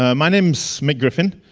ah my name's mick griffin.